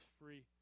free